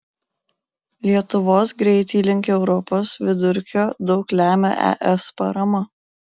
lietuvos greitį link europos vidurkio daug lemia es parama